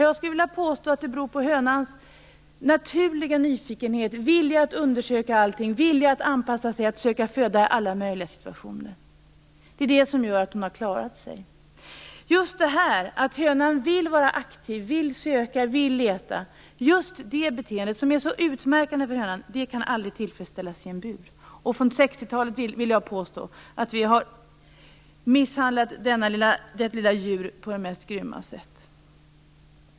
Jag skulle vilja påstå att det beror på hönans naturliga nyfikenhet, vilja att undersöka allting, vilja att anpassa sig och söka föda i alla möjliga situationer. Det har gjort att hon har klarat sig. Just detta att hönan vill vara aktiv, söka och leta, det beteende som är så utmärkande för hönan, gör att hon aldrig kan tillfredsställas i en bur. Från 60-talet har vi, vill jag påstå, misshandlat detta lilla djur på det mest grymma sätt.